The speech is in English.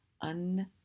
un-